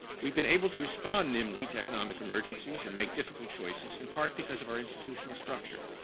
we've been able to respond nimbly to economic emergencies and make difficult choices in part because of our institutional structure,